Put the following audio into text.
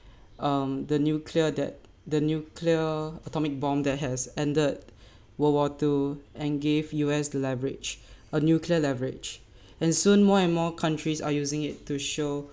um the nuclear that the nuclear atomic bomb that has ended world war two and gave U_S leverage a nuclear leverage and soon more and more countries are using it to show